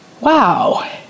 wow